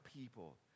people